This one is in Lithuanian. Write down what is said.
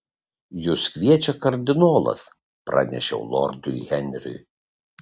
jus kviečia kardinolas pranešiau lordui henriui